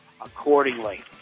accordingly